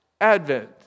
Advent